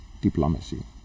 diplomacy